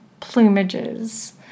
plumages